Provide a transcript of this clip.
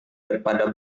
daripada